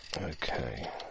Okay